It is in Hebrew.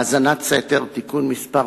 הצעת חוק האזנת סתר (תיקון מס'